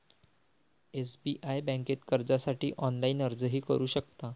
SBI बँकेत कर्जासाठी online अर्जही करू शकता